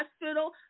hospital